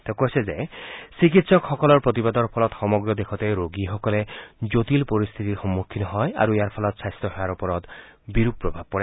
তেওঁ কৈছে যে চিকিৎসকসকলৰ প্ৰতিবাদৰ ফলত সমগ্ৰ দেশতে ৰোগীসকলে জটিল পৰিস্থিতিৰ সমুখীন হয় আৰু ইয়াৰ ফলত স্বাস্থ সেৱাৰ ওপৰত বিৰূপ প্ৰভাৱ পৰে